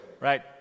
right